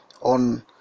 on